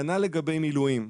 כנ"ל לגבי מילואים.